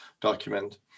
document